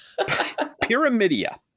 pyramidia